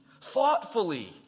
Thoughtfully